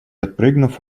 отпрыгнув